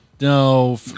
No